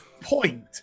point